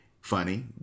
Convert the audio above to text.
Funny